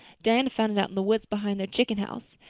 diana found it out in the woods behind their chicken house.